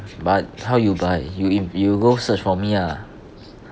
but how you buy you in~ you go search for me ah